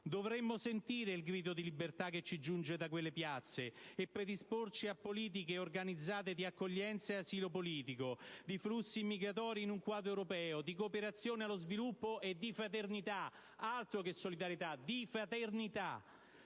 Dovremmo sentire il grido di libertà che ci giunge da quelle piazze e predisporci a politiche organizzate di accoglienza ed asilo politico, di flussi immigratori in un quadro europeo, di cooperazione allo sviluppo e di fraternità (altro che solidarietà!). Gli